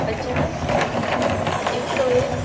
पचास एक सए एक